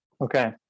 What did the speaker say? Okay